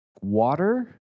water